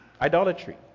idolatry